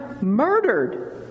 murdered